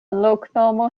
loknomo